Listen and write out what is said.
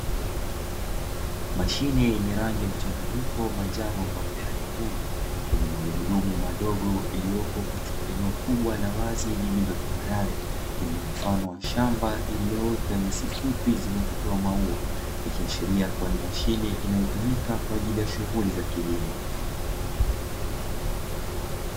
Mashine yenye rangi mchanganyiko; manjano pamoja na nyekundu, yenye magurudumu madogo iliyopo katika eneo kubwa la wazi lililo tambarare, lililo mfano wa shamba; lililoota nyasi fupi zenye kutoa maua, ikiashiria kuwa ni mashine inayotumika kwa ajili ya shughuli za kilimo.